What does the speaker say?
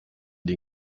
den